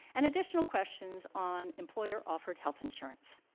and additional questions on employer-offered health insurance.